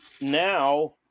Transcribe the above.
now